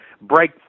break